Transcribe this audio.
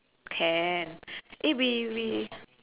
can eh we we